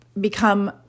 become